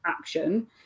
action